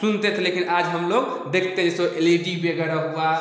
सुनते थे लेकिन आज हम लोग देखते जैसे ओ एल ई डी वगैरह हुआ